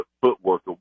footwork